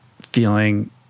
feeling